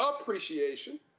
appreciation